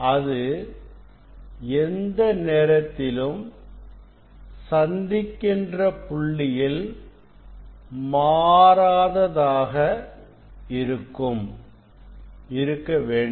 அது எந்த நேரத்திலும் சந்திக்கின்ற புள்ளியில் மாறாததாக இருக்கும் இருக்க வேண்டும்